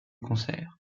concerts